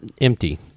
empty